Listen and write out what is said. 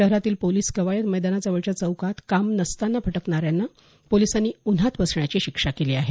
शहरातील पोलीस कवायत मौदानाजवळच्या चौकात काम नसतांना भटकणाऱ्यांना पोलिसांनी उन्हात बसण्याची शिक्षा केली आहे